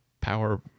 power